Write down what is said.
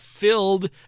Filled